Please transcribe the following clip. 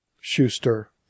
Schuster